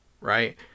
Right